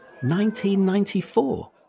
1994